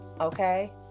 okay